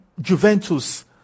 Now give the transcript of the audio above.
Juventus